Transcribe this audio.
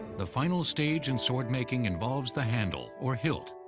the final stage in swordmaking involves the handle, or hilt,